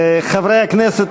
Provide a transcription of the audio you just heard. חברי הכנסת,